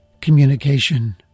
communication